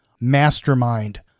MASTERMIND